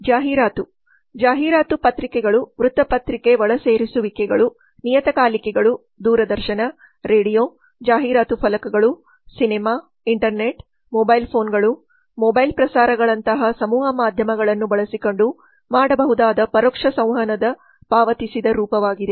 ಜಾಹೀರಾತು ಜಾಹೀರಾತುಗಳು ಪತ್ರಿಕೆಗಳು ವೃತ್ತಪತ್ರಿಕೆ ಒಳಸೇರಿಸುವಿಕೆಗಳು ನಿಯತಕಾಲಿಕೆಗಳು ದೂರದರ್ಶನ ರೇಡಿಯೋ ಜಾಹೀರಾತು ಫಲಕಗಳು ಸಿನೆಮಾ ಇಂಟರ್ನೆಟ್ ಮೊಬೈಲ್ ಫೋನ್ಗಳುಮೊಬೈಲ್ phones ಮತ್ತು ಮೊಬೈಲ್ ಪ್ರಸಾರಗಳಂತಹ ಸಮೂಹ ಮಾಧ್ಯಮಗಳನ್ನು ಬಳಸಿಕೊಂಡು ಮಾಡಬಹುದಾದ ಪರೋಕ್ಷ ಸಂವಹನದ ಪಾವತಿಸಿದ ರೂಪವಾಗಿದೆ